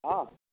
हँ